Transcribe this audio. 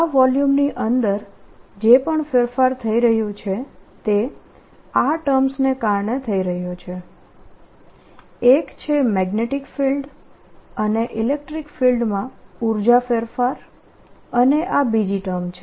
આ વોલ્યુમની અંદર જે પણ ફેરફાર થઈ રહ્યું છે તે આ ટર્મ્સને કારણે થઈ રહ્યું છે એક છે મેગ્નેટીક ફિલ્ડ અને ઇલેક્ટ્રીક ફિલ્ડમાં ઉર્જામાં ફેરફાર અને આ બીજી ટર્મ છે